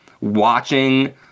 watching